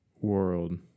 world